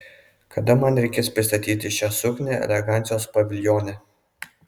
kada man reikės pristatyti šią suknią elegancijos paviljone